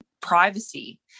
Privacy